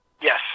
Yes